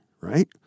right